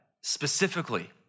specifically